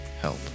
help